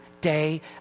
day